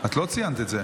אני לא מבינה את זה.